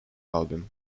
album